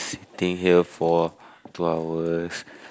staying here for two hours